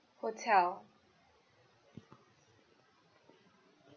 hotel